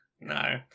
No